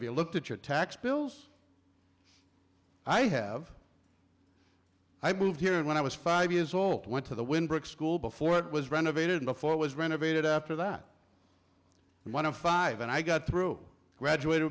if you look at your tax bills i have i moved here when i was five years old went to the wynn brick school before it was renovated before it was renovated after that and one of five and i got through graduate